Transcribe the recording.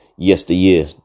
yesteryear